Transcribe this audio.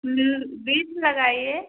बीस लगाइए